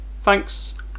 Thanks